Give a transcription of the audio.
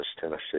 Tennessee